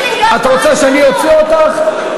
את רוצה שאני אוציא אותך?